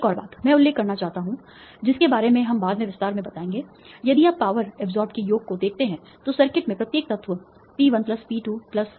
एक और बात मैं उल्लेख करना चाहता हूं जिसके बारे में हम बाद में विस्तार से बताएंगे यदि आप पावर एब्जॉर्ब के योग को देखते हैं तो सर्किट में प्रत्येक तत्व P1 P2